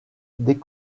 des